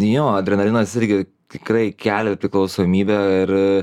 jo adrenalinas irgi tikrai kelia priklausomybę ir